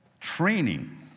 training